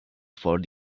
for